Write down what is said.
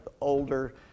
older